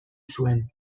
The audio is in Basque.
zuen